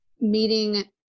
meeting